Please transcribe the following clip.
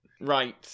Right